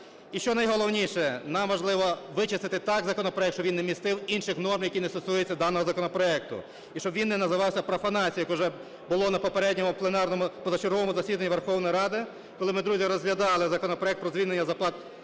І щонайголовніше, нам важливо вичистити так законопроект, щоб він не містив інших норм, які не стосуються даного законопроекту, і щоб він не називався профанацією, як уже було на попередньому пленарному позачерговому засіданні Верховної Ради, коли ми, друзі, розглядали законопроект про звільнення зарплат